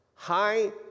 High